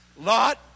Lot